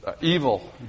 evil